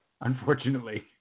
Unfortunately